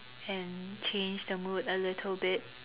and change the mood a little bit